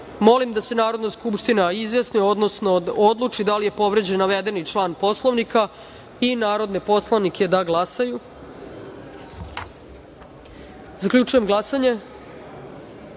da se Narodna skupština izjasni, odnosno odluči da li je povređen navedeni član Poslovnika i narodne poslanike da glasaju. Zaključujem glasanje: